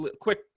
quick